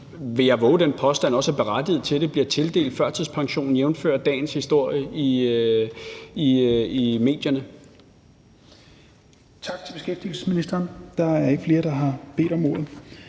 sammen – den påstand vil jeg vove – også er berettiget til det, bliver tildelt førtidspension, jævnfør dagens historie i medierne.